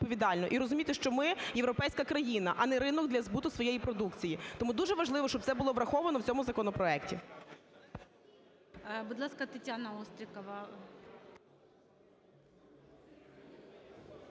і розуміти, що ми європейська країна, а не ринок для збуту своєї продукції. Тому дуже важливо, щоб це було враховано в цьому законопроекті.